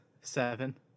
Seven